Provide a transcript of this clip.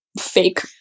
fake